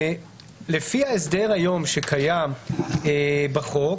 לפי ההסדר שקיים היום בחוק,